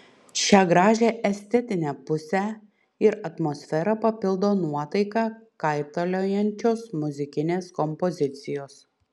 šią gražią estetinę pusę ir atmosferą papildo nuotaiką kaitaliojančios muzikinės kompozicijos